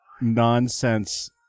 nonsense